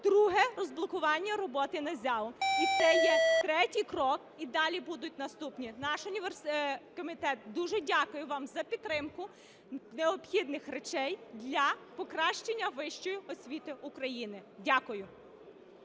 друге, розблокування роботи НАЗЯВО. І це є третій крок, і далі будуть наступні. Наш комітет дуже дякує вам за підтримку необхідних речей для покращення вищої освіти України. Дякую.